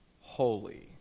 holy